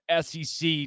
SEC